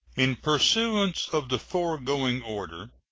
in pursuance of the foregoing order,